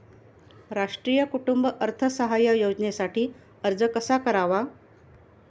राष्ट्रीय कुटुंब अर्थसहाय्य योजनेसाठी अर्ज कसा करावा?